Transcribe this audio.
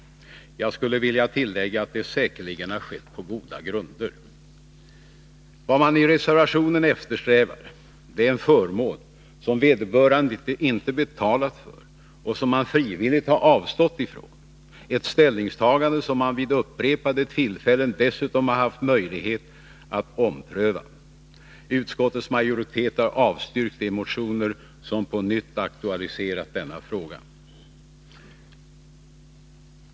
Jag skulle vilja tillägga att det säkerligen skett på goda grunder. Vad man i reservationen eftersträvar är en förmån som vederbörande inte betalat för utan frivilligt avstått från - ett ställningstagande som man vid upprepade tillfällen dessutom haft möjlighet att ompröva. Utskottets majoritet har avstyrkt de motioner som på nytt aktualiserat denna fråga.